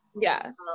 yes